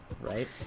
Right